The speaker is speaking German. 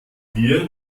wir